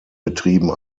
betrieben